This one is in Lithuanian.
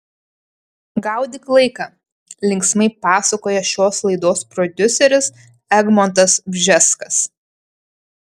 gaudyk laiką linksmai pasakoja šios laidos prodiuseris egmontas bžeskas